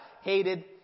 hated